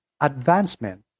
advancement